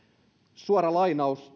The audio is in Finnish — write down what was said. suora lainaus